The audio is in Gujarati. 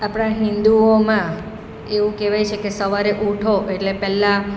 આપણા હિન્દુઓમાં એવું કહેવાય છે કે સવારે ઉઠો એટલે પહેલાં